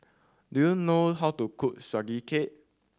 do you know how to cook Sugee Cake